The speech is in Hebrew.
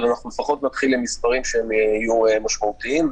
אבל אנחנו לפחות מתחילים עם מספרים שיהיו משמעותיים.